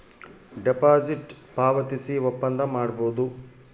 deposit ಪಾವತಿಸಿ ಒಪ್ಪಂದ ಮಾಡಬೋದು